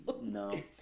No